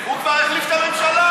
הוא כבר החליף את הממשלה.